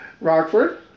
Rockford